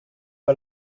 pas